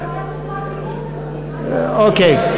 זה אומר שזו אטימות, מה זה אומר, אוקיי.